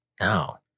No